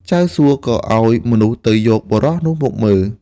ចៅសួក៏ឱ្យមនុស្សទៅយកបុរសនោះមកមើល។